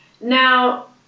Now